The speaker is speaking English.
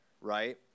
right